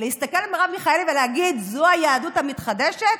להסתכל על מרב מיכאלי ולהגיד שזו היהדות המתחדשת?